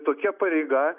tokia pareiga